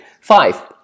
Five